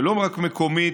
ולא רק מקומית,